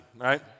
right